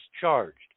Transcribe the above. charged